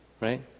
right